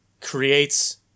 creates